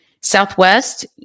Southwest